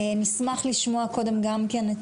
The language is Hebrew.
נשמח לשמוע קודם גם כן,